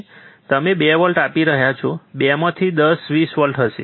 તમે 2 વોલ્ટ આપી રહ્યા છો 2 માં 10 20 વોલ્ટ હશે